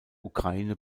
ukraine